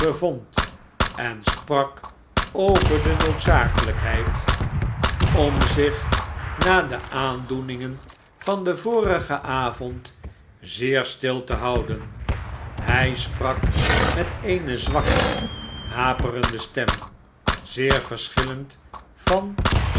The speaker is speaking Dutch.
bevond en sprak over de noodzakelijkheid om eene les in deemoedigheid zich na de aandoeningen van den vorigen avond zeer stil te houden hij sprak met eene zwakke haperende stem zeer verschillend van